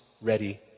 ready